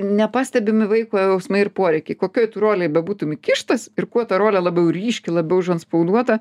nepastebimi vaiko jausmai ir poreikiai kokioj tu rolėj bebūtum įkištas ir kuo ta rolė labiau ryški labiau užantspauduota